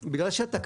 די.